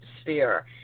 sphere